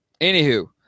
Anywho